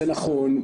זה נכון,